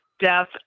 death